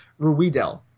Ruidel